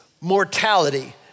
mortality